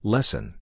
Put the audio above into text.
Lesson